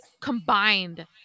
combined